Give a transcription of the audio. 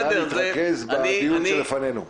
נא להתרכז בדיון שלפנינו.